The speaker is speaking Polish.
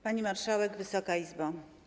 Pani Marszałek Wysoka Izbo!